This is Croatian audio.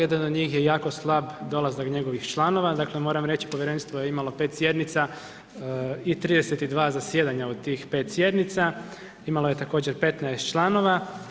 Jedan od njih je jako slab dolazak njegovih članova dakle, moram reći, Povjerenstvo je imalo 5 sjednica i 32 zasjedanja u tih 5 sjednica, imalo je također 15 članova.